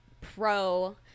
pro